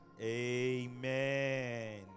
Amen